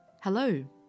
Hello